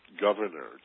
governor